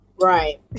Right